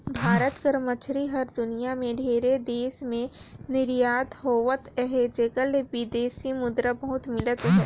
भारत कर मछरी हर दुनियां में ढेरे देस में निरयात होवत अहे जेकर ले बिदेसी मुद्रा बहुत मिलत अहे